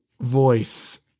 voice